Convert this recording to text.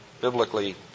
biblically